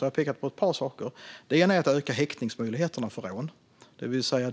har pekat på ett par saker för den här typen av brott. En är att öka häktningsmöjligheterna för rån.